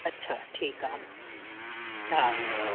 अछा ठीकु आहे हा हा